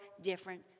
different